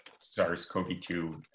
SARS-CoV-2